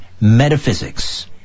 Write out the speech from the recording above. metaphysics